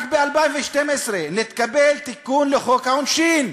רק ב-2012 נתקבל תיקון בחוק העונשין,